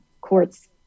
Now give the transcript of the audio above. courts